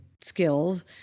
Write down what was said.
skills